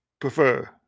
prefer